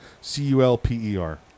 C-U-L-P-E-R